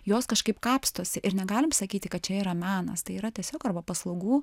jos kažkaip kapstosi ir negalim sakyti kad čia yra menas tai yra tiesiog arba paslaugų